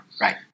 Right